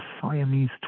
Siamese